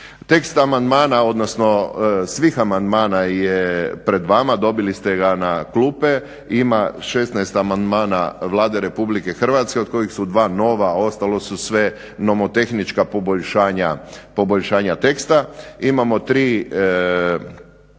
Tekst amandmana, odnosno svih amandmana je pred vama, dobili ste ga na klupe. Ima 16 amandmana Vlade Republike Hrvatske od kojih su dva nova, ostalo su sve nomotehnička poboljšanja teksta.